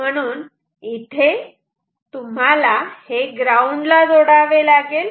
म्हणून इथे तुम्हाला हे ग्राऊंडला जोडावे लागेल